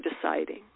deciding